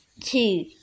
two